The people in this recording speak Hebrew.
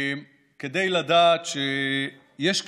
כדי לדעת שיש קשיים,